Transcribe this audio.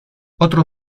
otro